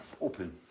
Open